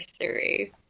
anniversary